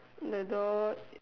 the dot